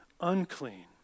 unclean